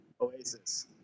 Oasis